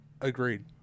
Agreed